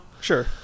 Sure